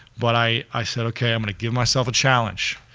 but i i said okay, i'm going to give myself a challenge.